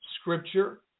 scripture